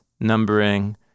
numbering